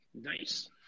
nice